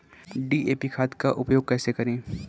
DAP खाद का उपयोग कैसे करें?